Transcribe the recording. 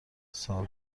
سال